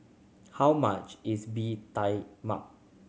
how much is Bee Tai Mak